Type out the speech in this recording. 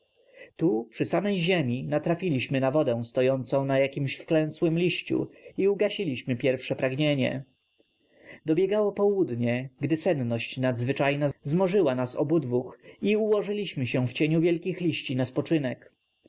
tu przy samej ziemi natrafiliśmy na wodę stojącą na jakimś wklęsłym liściu i ugasiliśmy pierwsze pragnienie dobiegało południe gdy senność nadzwyczajna zmorzyła nas obudwóch i ułożyliśmy się w cieniu wielkich liści na spoczynek